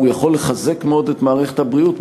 הוא יכול לחזק מאוד את מערכת הבריאות,